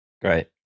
Great